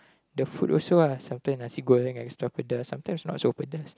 the food also ah sometimes nasi-goreng extra pedas sometimes not so pedas